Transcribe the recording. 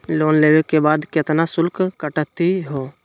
Loan लेवे के बाद केतना शुल्क कटतही हो?